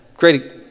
Great